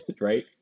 right